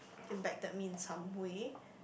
impacted me in some way